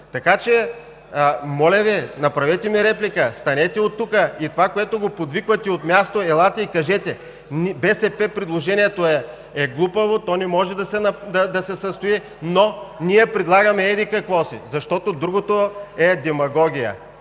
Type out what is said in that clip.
Моля Ви, направете ми реплика. Станете тук и това, което го подвиквате от място, елате и кажете: на БСП предложението е глупаво, то не може да се състои, но ние предлагаме еди-какво си. Защото другото е демагогия.